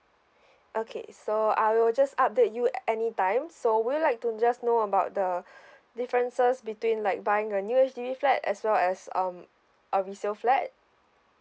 okay so I will just update you err any time so would you like to just know about the differences between like buying a new H_D_B flat as well as um a resale flat